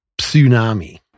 Tsunami